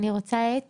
אני רוצה את